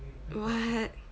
what